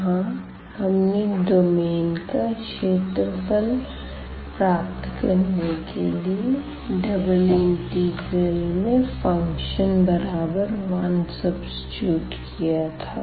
वहां हमने डोमेन का क्षेत्रफल प्राप्त करने के लिए डबल इंटीग्रल में फ़ंक्शन बराबर 1 सब्सिट्यूट किया था